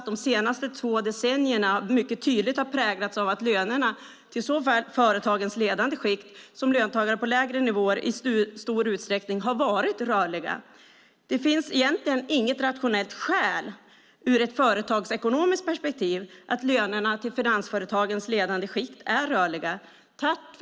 De senaste två decennierna har mycket tydligt präglats av att lönerna såväl till företagens ledande skikt som till löntagare på lägre nivåer i stor utsträckning har varit rörliga. Ur ett företagsekonomiskt perspektiv finns det egentligen inget rationellt skäl till att lönerna till finansföretagens ledande skikt är rörliga.